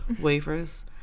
wafers